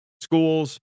schools